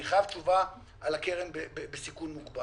אני חייב תשובה על הקרן בסיכון מוגבר.